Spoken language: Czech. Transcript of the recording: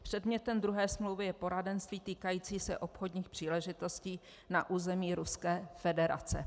Předmětem druhé smlouvy je poradenství týkající se obchodních příležitostí na území Ruské federace.